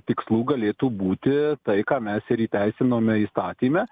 tikslų galėtų būti tai ką mes ir įteisinome įstatyme